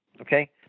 Okay